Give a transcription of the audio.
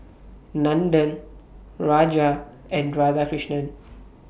Nandan Raja and Radhakrishnan